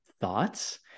thoughts